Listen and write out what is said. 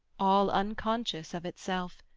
all unconscious of itself,